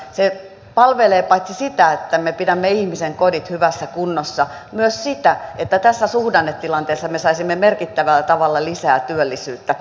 se palvelee paitsi sitä että me pidämme ihmisten kodit hyvässä kunnossa myös sitä että tässä suhdannetilanteessa me saisimme merkittävällä tavalla lisää työllisyyttä